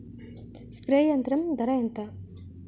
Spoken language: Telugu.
స్ప్రే యంత్రం ధర ఏంతా?